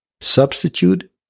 substitute